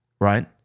right